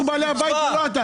אנחנו בעלי הבית ולא אתה.